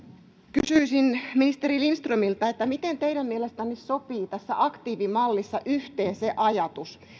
kysyisin ministeri lindströmiltä miten teidän mielestänne sopii tässä aktiivimallissa yhteen se ajatus